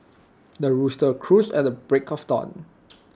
the rooster crows at the break of dawn